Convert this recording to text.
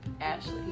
Ashley